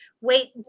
Wait